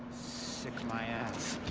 sick my ass.